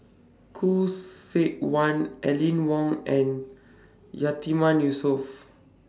Khoo Seok Wan Aline Wong and Yatiman Yusof